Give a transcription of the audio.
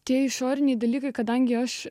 tie išoriniai dalykai kadangi aš